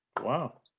Wow